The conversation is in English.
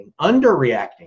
underreacting